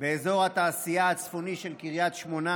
באזור התעשייה הצפוני של קריית שמונה,